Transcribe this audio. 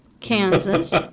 Kansas